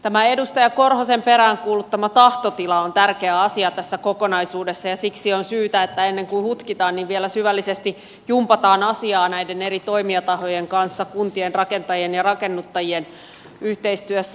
tämä edustaja korhosen peräänkuuluttama tahtotila on tärkeä asia tässä kokonaisuudessa ja siksi on syytä että ennen kuin hutkitaan niin vielä syvällisesti jumpataan asiaa näiden eri toimijatahojen kanssa kuntien rakentajien ja rakennuttajien yhteistyössä